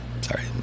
Sorry